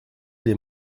les